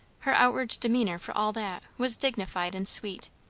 her outward demeanour, for all that, was dignified and sweet.